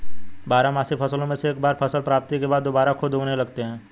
बारहमासी फसलों से एक बार फसल प्राप्ति के बाद दुबारा खुद उगने लगते हैं